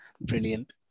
Brilliant